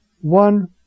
One